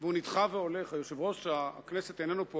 והוא נדחה והולך, יושב-ראש הכנסת איננו פה.